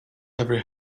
every